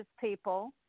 people